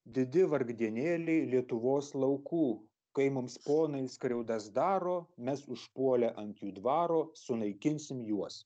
didi vargdienėliai lietuvos laukų kai mums ponai skriaudas daro mes užpuolę ant jų dvaro sunaikinsim juos